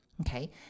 Okay